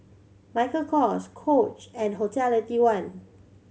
Michael Kors Coach and Hotel Eighty one